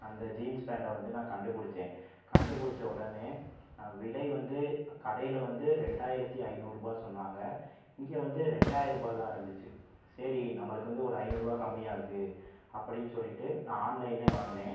அந்த ஜீன்ஸ் பேண்ட்டை வந்து நான் கண்டுபிடிச்சேன் கண்டுபிடிச்ச உடனே நான் விலை வந்து கடையில் வந்து ரெண்டாயிரத்தி ஐநூறு ரூபா சொன்னாங்க இங்கே வந்து ரெண்டாயிர ரூபா தான் இருந்துச்சு சரி நம்மளுக்கு வந்து ஒரு ஐநூறு ரூபா கம்மியாருக்கு அப்படின்னு சொல்லிட்டு நான் ஆன்லைன்லேயே வாங்குனேன்